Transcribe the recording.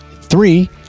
Three